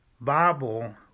Bible